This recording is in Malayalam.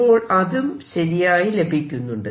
അപ്പോൾ അതും ശരിയായി ലഭിക്കുന്നുണ്ട്